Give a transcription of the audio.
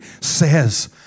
says